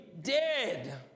dead